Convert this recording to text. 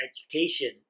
education